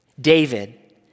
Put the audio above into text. David